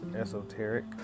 esoteric